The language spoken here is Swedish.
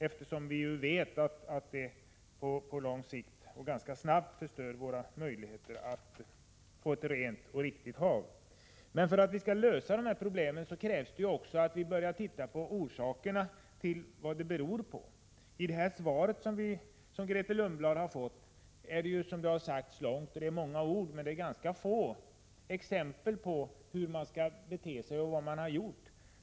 Vi vet ju att detta på lång sikt och ganska snabbt förstör våra möjligheter att få ett rent och riktigt hav. För att lösa de här problemen krävs det att vi börjar se på orsakerna. I det svar som Grethe Lundblad har fått finns det, som har sagts, många ord, men det finns ganska få exempel på hur man skall bete sig och vad som har gjorts.